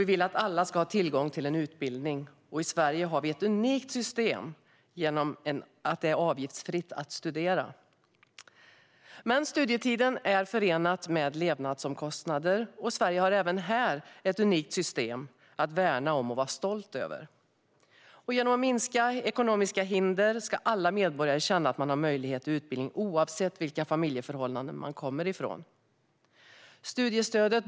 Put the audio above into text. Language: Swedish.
Vi vill att alla ska ha tillgång till en utbildning, och i Sverige har vi ett unikt system genom att det är avgiftsfritt att studera. Men studietiden är förenad med levnadsomkostnader. Sverige har även här ett unikt system att värna om och vara stolt över. Genom att minska ekonomiska hinder ska alla medborgare ha möjlighet till utbildning oavsett vilka familjeförhållanden man kommer ifrån.